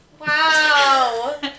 Wow